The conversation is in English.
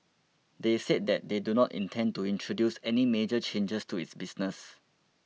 they said that they do not intend to introduce any major changes to its business